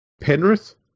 Penrith